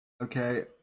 Okay